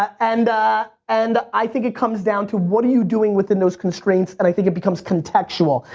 and and i think it comes down to what are you doing within those constraints and i think it becomes contextual.